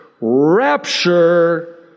rapture